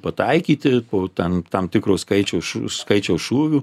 pataikyti o tam tam tikru skaičiaus skaičiaus šūvių